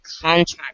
contract